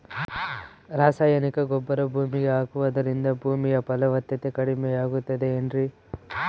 ರಾಸಾಯನಿಕ ಗೊಬ್ಬರ ಭೂಮಿಗೆ ಹಾಕುವುದರಿಂದ ಭೂಮಿಯ ಫಲವತ್ತತೆ ಕಡಿಮೆಯಾಗುತ್ತದೆ ಏನ್ರಿ?